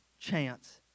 chance